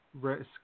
risk